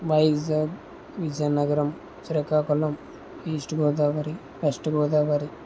Vizag Vizianagaram Srikakulam east Godavari west Godavari